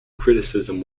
criticism